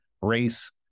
race